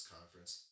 Conference